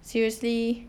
seriously